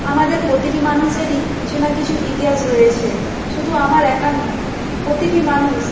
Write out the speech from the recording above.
আমাদের প্রতিটি মানুষেরই কিছু না কিছু ইতিহাস রয়েছে শুধু আমার একার নয় প্রতিটি মানুষ